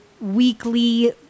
weekly